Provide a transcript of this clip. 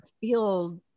feel